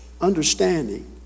Understanding